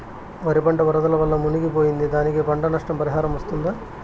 వరి పంట వరదల వల్ల మునిగి పోయింది, దానికి పంట నష్ట పరిహారం వస్తుందా?